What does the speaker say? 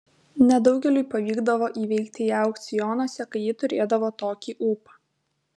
nedaugeliui pavykdavo įveikti ją aukcionuose kai ji turėdavo tokį ūpą